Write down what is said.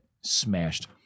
smashed